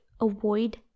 avoid